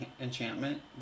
enchantment